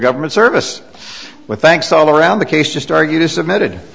government service with thanks all around the case just argued is submitted